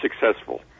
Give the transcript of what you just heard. successful